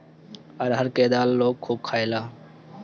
अरहर के दाल लोग खूब खायेला